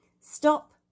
stop